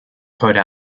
code